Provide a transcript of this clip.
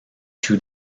two